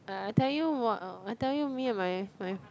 I tell you what I tell you me and my my